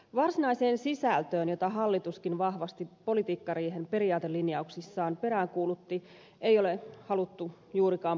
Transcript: varsinaiseen sisältöön jota hallituskin vahvasti politiikkariihen periaatelinjauksissaan peräänkuulutti ei ole haluttu juurikaan puuttua